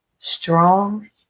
strong